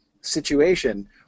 situation